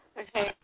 Okay